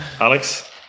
Alex